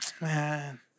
man